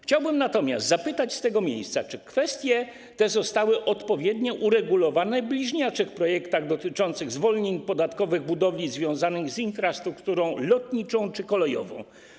Chciałbym natomiast zapytać z tego miejsca, czy kwestie te zostały odpowiednio uregulowane w bliźniaczych projektach dotyczących zwolnień podatkowych w odniesieniu do budowli związanych z infrastrukturą lotniczą czy kolejową.